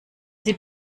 sie